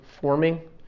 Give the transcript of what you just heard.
forming